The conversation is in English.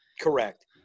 Correct